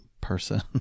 person